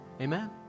Amen